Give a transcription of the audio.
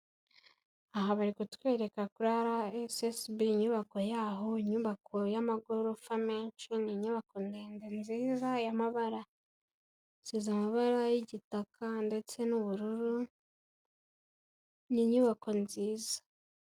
Aha bari kutwereka kuri RSSB, inyubako yaho inyubako y'amagorofa menshi, ni inyubako ndende nziza y'amabara, isize amabara y'igitaka ndetse n'ubururu, ni inyubako nziza.